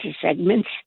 segments